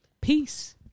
Peace